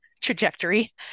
trajectory